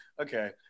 okay